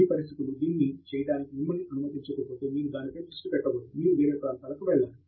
మీ పరిస్థితులు దీన్ని చేయడానికి మిమ్మల్ని అనుమతించకపోతే మీరు దానిపై దృష్టి పెట్టకూడదు మీరు వేరే ప్రాంతాలకు వెళ్లాలి